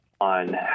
on